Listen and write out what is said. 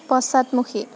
পশ্চাদমুখী